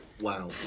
wow